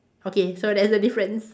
okay so that's the difference